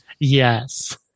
yes